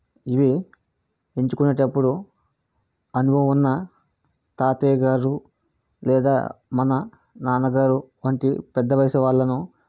ఇవి ఎంచుకునేటప్పుడు అనుభవం ఉన్న తాతయ్య గారు లేదా మన నాన్నగారు వంటి పెద్ద వయసు వాళ్ళను